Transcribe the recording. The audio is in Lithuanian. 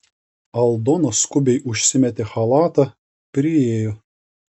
aldona skubiai užsimetė chalatą priėjo